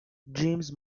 james